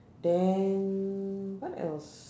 then what else